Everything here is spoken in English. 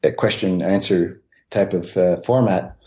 ah question answer type of format.